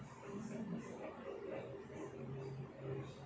like